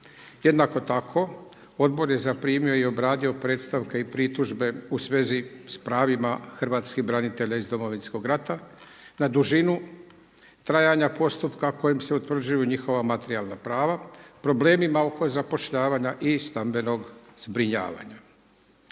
Jednako tako Odbor je zaprimio i obradio predstavke i pritužbe u svezi s pravima hrvatskih branitelja iz Domovinskog rata na dužinu trajanja postupka kojim se utvrđuju njihova materijalna prava, problemima oko zapošljavanja i stambenog zbrinjavanja.